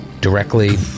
directly